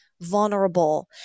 vulnerable